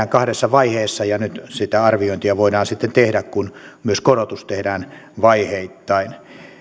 kahdessa vaiheessa ja nyt sitä arviointia voidaan sitten tehdä kun myös korotus tehdään vaiheittain